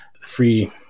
free